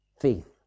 Faith